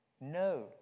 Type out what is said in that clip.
No